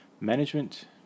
Management